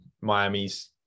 Miami's